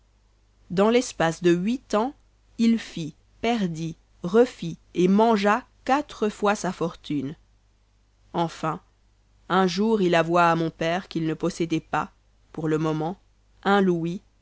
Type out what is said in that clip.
dans l'espace de huit ans il fit perdit refit et mangea quatre fois sa fortune enfin un jour il avoua à mon père qu'il ne possédait pas pour le moment un louis